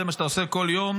זה מה שאתה עושה כל יום,